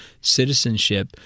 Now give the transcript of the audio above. citizenship